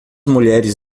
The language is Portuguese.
mulheres